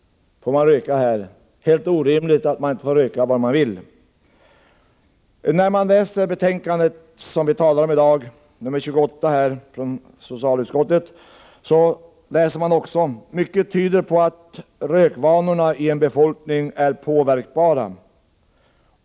”Får man röka här?” Det var helt orimligt att man inte får röka var man vill. I socialutskottets betänkande 28, som vi behandlar i dag, står det att mycket tyder på att rökvanorna i en befolkning är påverkbara.